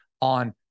on